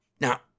Now